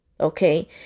okay